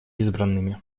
избранными